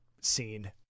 scene